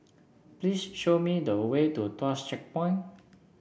please show me the way to Tuas Checkpoint